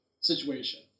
situation